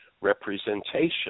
representation